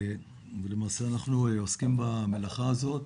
למעשה, אנחנו עוסקים במלאכה הזאת,